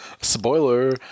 Spoiler